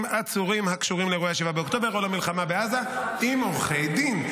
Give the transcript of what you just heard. עצורים הקשורים לאירועי 7 באוקטובר או למלחמה בעזה עם עורכי דין.